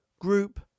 group